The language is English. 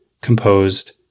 composed